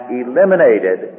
eliminated